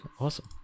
awesome